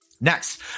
next